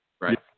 Right